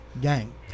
Gang